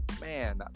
man